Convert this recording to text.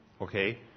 Okay